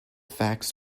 facts